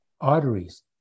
arteries